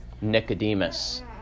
Nicodemus